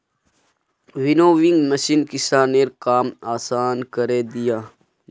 winnowing machine किसानेर काम आसान करे दिया छे